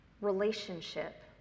relationship